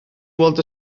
weld